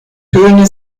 töne